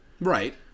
Right